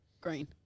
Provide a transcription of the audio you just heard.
Green